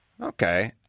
Okay